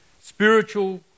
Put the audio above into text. spiritual